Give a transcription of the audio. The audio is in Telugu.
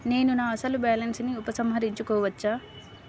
నేను నా అసలు బాలన్స్ ని ఉపసంహరించుకోవచ్చా?